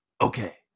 Okay